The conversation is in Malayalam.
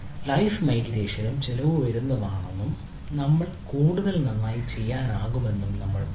ലൈഫ് മൈഗ്രേഷനും ചിലവ് വരുന്നതാണെന്നും നമ്മൾക്ക് കൂടുതൽ നന്നായി ചെയ്യാനാകുമെന്നും നമ്മൾ പറയുന്നു